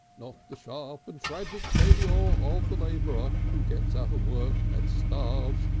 not the sharp and tragic failure of the labourer who gets out of work and starves,